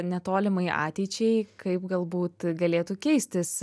netolimai ateičiai kaip galbūt galėtų keistis